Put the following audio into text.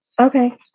Okay